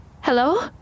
Hello